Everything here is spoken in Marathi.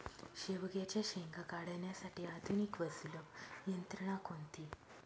शेवग्याच्या शेंगा काढण्यासाठी आधुनिक व सुलभ यंत्रणा कोणती?